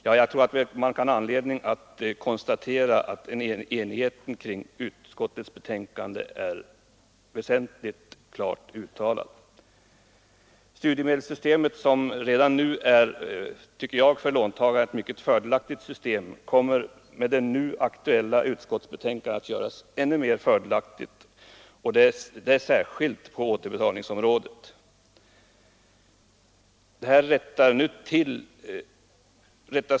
Jag tror man har anledning konstatera att enigheten kring utskottets betänkande i allt väsentligt är klart uttalad. Studiemedelssystemet, som jag redan nu tycker är ett mycket fördelaktigt system för låntagarna, kommer genom det nu aktuella utskottsbetänkandet att göras ännu mera fördelaktigt, särskilt på återbetalningsområdet.